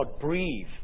breathe